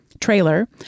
Trailer